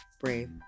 brave